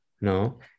No